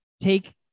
take